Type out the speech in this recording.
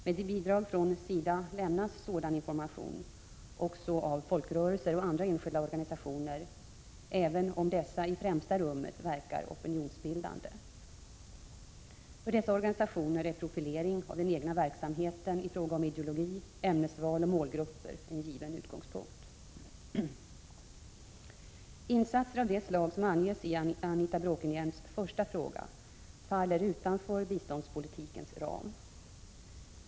Med bidrag från SIDA lämnas sådan information också av folkrörelser och andra enskilda organisationer, även om dessa i främsta rummet verkar opinionsbildande. För dessa organisationer är profilering av den egna verksamheten i fråga om ideologi, ämnesval och målgrupper en given utgångspunkt. Insatser av det slag som anges i Anita Bråkenhielms första fråga faller utanför biståndspolitikens ram.